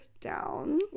Down